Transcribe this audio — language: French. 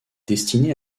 destiné